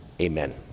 Amen